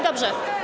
Dobrze.